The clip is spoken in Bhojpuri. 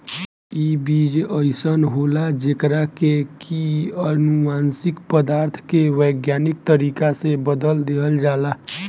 इ बीज अइसन होला जेकरा के की अनुवांशिक पदार्थ के वैज्ञानिक तरीका से बदल देहल जाला